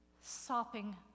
sopping